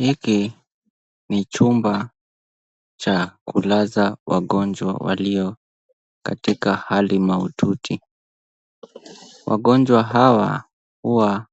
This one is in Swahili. Hiki ni chumba cha kulaza wagonjwa walio katika hali mahututi. Wagonjwa hawa huwa